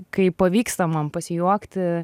kai pavyksta man pasijuokti